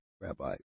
rabbi